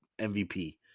MVP